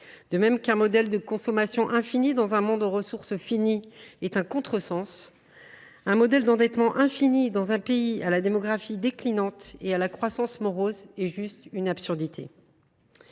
de même qu’un modèle de consommation infinie dans un monde aux ressources finies est un contresens, un modèle d’endettement infini dans un pays à la démographie déclinante et à la croissance morose est tout simplement une absurdité.